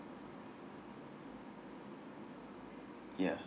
yeah